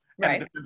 Right